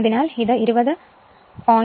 അതിനാൽ ഇത് 20